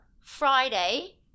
friday